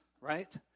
right